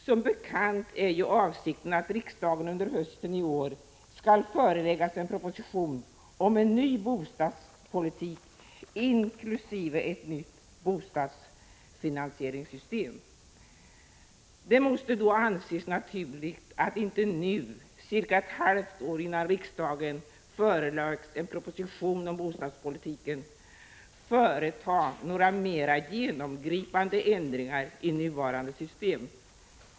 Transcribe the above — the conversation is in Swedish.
Som bekant är avsikten att riksdagen under hösten i år skall föreläggas en proposition om en ny bostadspolitik inkl. ett nytt bostadsfinansieringssystem. Det måste väl då anses naturligt att inte nu — cirka ett halvt år innan riksdagen föreläggs en proposition om bostadspolitiken — företa några mera genomgripande ändringar i nuvarande system.